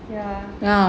ya